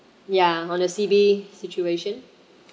ya on the C_B situation